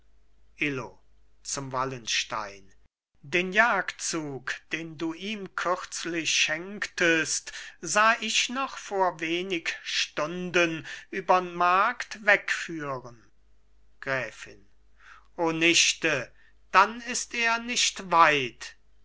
illo zu wallenstein den jagdzug den du ihm kürzlich schenktest sah ich noch vor wenig stunden übern markt wegführen gräfin o nichte dann ist er nichtweit